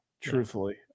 truthfully